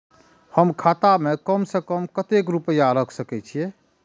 हम खाता में कम से कम कतेक रुपया रख सके छिए?